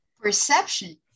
perception